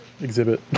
exhibit